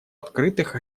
открытых